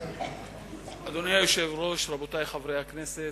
אדוני היושב-ראש, רבותי חברי הכנסת,